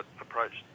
approached